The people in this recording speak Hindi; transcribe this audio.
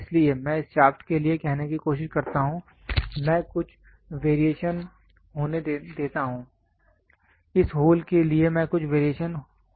इसलिए मैं इस शाफ्ट के लिए कहने की कोशिश करता हूं मैं कुछ वेरिएशन एं होने देता हूं इस होल के लिए मैं कुछ वेरिएशन होने देता हूं